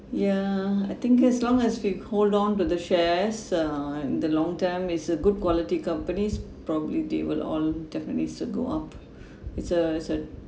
ya I think as long as we hold on to the shares uh in the long term is a good quality companies properly they will all definitely should go up it's a it's a